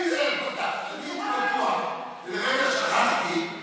הייתי בטוח, ולרגע שכחתי,